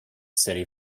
city